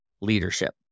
leadership